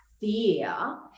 fear